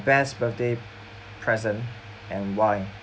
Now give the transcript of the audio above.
best birthday present and wine